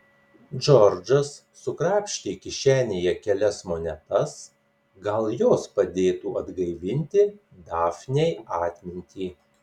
džordžas sukrapštė kišenėje kelias monetas gal jos padėtų atgaivinti dafnei atmintį